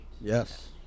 Yes